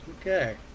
okay